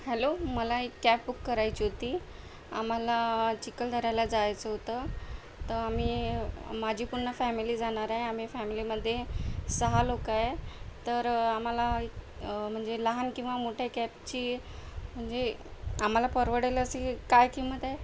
hello मला एक cab book करायची होती आम्हाला चिखलदऱ्याला जायचं होतं तर आम्ही माझी पूण्ण फॅमिली जाणार आहे आम्ही फॅमिलीमध्ये सहा लोक आहे तर आम्हाला म्हणजे लहान किंवा मोठ्या कॅबची म्हणजे आम्हाला परवडेल अशी काय किंमत आहे